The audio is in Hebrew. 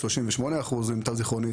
38% למיטב זכרוני,